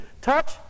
touch